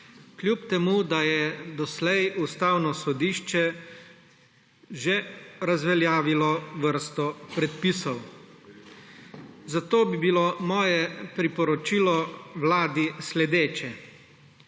kljub temu, da je doslej Ustavno sodišče že razveljavilo vrsto predpisov. Zato bi bilo moje priporočilo vladi sledeče.